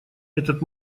этот